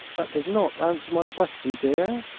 that does not answer my question, dear,